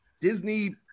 Disney